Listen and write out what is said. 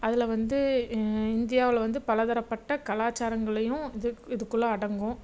அதில் வந்து இந்தியாவில் வந்து பலதரப்பட்ட கலாச்சாரங்கள்லையும் இது இதுக்குள்ளே அடங்கும்